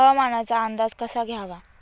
हवामानाचा अंदाज कसा घ्यावा?